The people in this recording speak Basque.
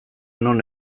non